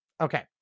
Okay